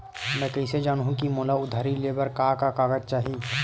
मैं कइसे जानहुँ कि मोला उधारी ले बर का का कागज चाही?